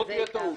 זאת תהיה טעות.